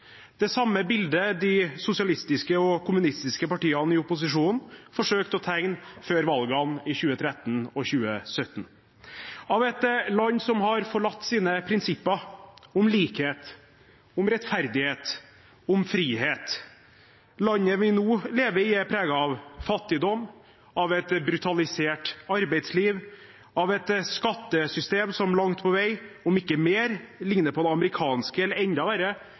det samme bildet som de sosialistiske og kommunistiske partiene i opposisjonen forsøkte å tegne før valgene i 2013 og 2017 – av et land som har forlatt sine prinsipper om likhet, om rettferdighet, om frihet. Landet vi nå lever i, er preget av fattigdom, av et brutalisert arbeidsliv, av et skattesystem som langt på vei, om ikke mer, ligner på det amerikanske – eller enda verre